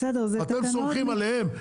אתם סומכים עליהם,